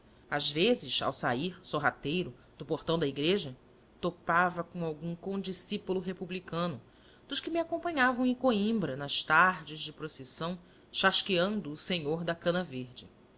às vezes ao sair sorrateiro do portão da igreja topava com algum condiscípulo republicano dos que me acompanhavam em coimbra nas tardes de procissão chasqueando o senhor da cana verde